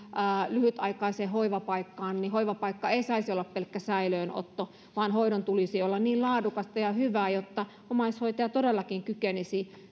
lyhytaikaiseen hoivapaikkaan niin hoivapaikka ei saisi olla pelkkä säilöönotto vaan hoidon tulisi olla laadukasta ja hyvää jotta omaishoitaja todellakin kykenisi